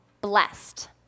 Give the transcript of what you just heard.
blessed